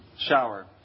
Shower